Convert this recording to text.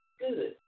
good